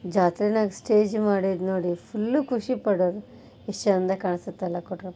ಜಾತ್ರೆನಾಗ stage ಮಾಡಿದ್ದು ನೋಡಿ full ಖುಷಿಪಡೋರು ಎಷ್ಟು ಚಂದ ಕಾಣಿಸ್ತದಲ್ಲ ಕೊಟ್ರಪ್ಪಾ